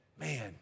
Man